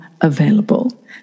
available